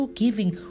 giving